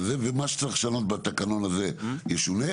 ומה שצריך לשנות בתקנון הזה ישונה,